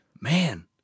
man